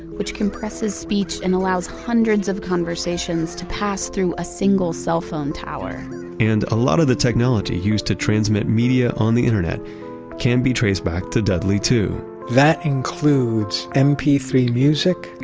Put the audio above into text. which compresses speech and allows hundreds of conversations to pass through a single cell phone tower and a lot of the technology used to transmit media on the internet can be traced back to dudley too that includes m p three music.